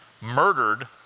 murdered